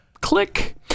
click